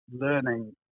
learning